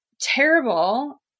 terrible